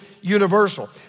universal